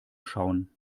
schauen